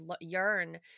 yearn